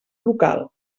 local